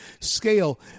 scale